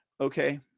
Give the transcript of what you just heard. Okay